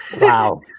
Wow